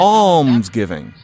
almsgiving